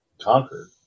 conquered